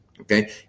okay